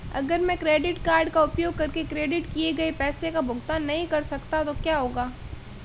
अगर मैं credit card का उपयोग करके क्रेडिट किए गए पैसे का भुगतान नहीं कर सकता तो क्या होगा?